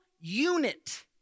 unit